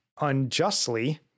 unjustly